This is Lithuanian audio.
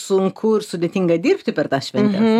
sunku ir sudėtinga dirbti per tas šventes